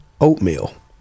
oatmeal